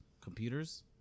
computers